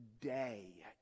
today